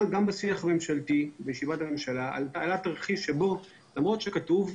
אבל גם בשיח הממשלתי בישיבת הממשלה עלה תרחיש שבו למרות שכתוב,